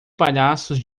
palhaços